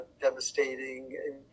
devastating